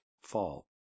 Fall